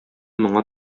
моңа